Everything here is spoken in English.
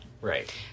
Right